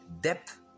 depth